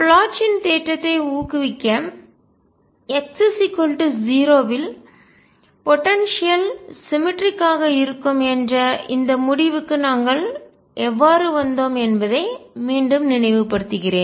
ப்ளோச்சின் தேற்றத்தை ஊக்குவிக்க x 0 வில் போடன்சியல் ஆற்றல் சிமெட்ரி ஆக சமச்சீர்மை இருக்கும் என்ற இந்த முடிவுக்கு நாங்கள் எவ்வாறு வந்தோம் என்பதை மீண்டும் நினைவுபடுத்துகிறேன்